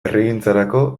herrigintzarako